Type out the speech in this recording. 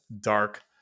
dark